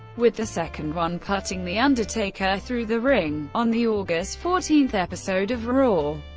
with the second one putting the undertaker through the ring, on the august fourteen episode of raw.